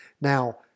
Now